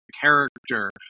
character